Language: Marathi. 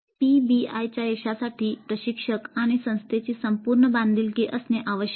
पीबीआयच्या यशासाठी प्रशिक्षक आणि संस्थेची संपूर्ण बांधिलकी असणे आवश्यक आहे